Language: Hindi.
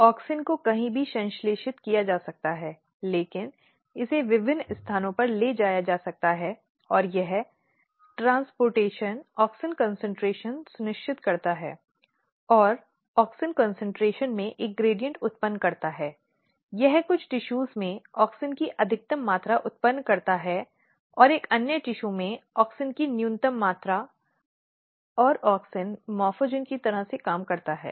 औक्सिन को कहीं भी संश्लेषित किया जा सकता है लेकिन इसे विभिन्न स्थानों पर ले जाया जा सकता है और यह परिवहन ऑक्सिन कंसंट्रेशन सुनिश्चित करता है और ऑक्सिन कंसंट्रेशन में एक ढाल उत्पन्न करता है यह कुछ ऊतकों में ऑक्सिन की अधिकतम मात्रा उत्पन्न करता है एक अन्य ऊतक में ऑक्सिन की न्यूनतम मात्रा और ऑक्सिन morphogen की तरह से काम करता है